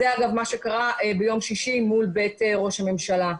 אגב, זה מה שקרה ביום שישי מול בית ראש הממשלה.